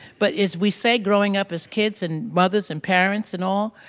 but as we say growing up as kids and mothers and parents and all,